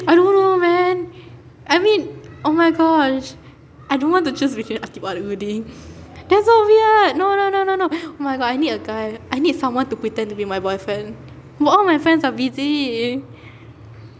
I don't know man I mean oh my gosh I don't want to choose between ateeb or rudy that's so weird no no no no no oh my god I need a guy I need someone to pretend to be my boyfriend but all my friends are busy